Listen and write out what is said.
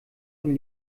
von